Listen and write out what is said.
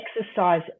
exercise